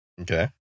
Okay